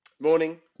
Morning